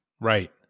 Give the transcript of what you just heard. Right